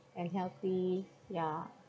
and healthy ya